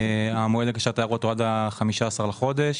המועד להגשת הערות הוא עד ה-15 לחודש.